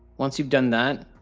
once you've done that,